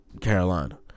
Carolina